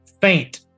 faint